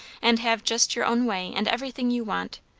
and have just your own way, and everything you want!